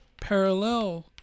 parallel